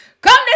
Come